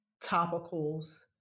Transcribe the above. topicals